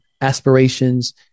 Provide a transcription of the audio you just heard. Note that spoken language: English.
aspirations